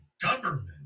government